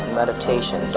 meditation